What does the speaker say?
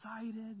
excited